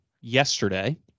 yesterday